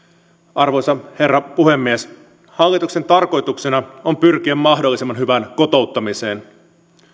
arvoisa herra puhemies hallituksen tarkoituksena on pyrkiä mahdollisimman hyvään kotouttamiseen